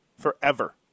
forever